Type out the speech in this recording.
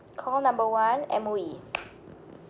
call number one M_O_E